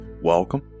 Welcome